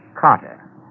Carter